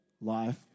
life